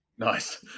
Nice